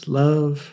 love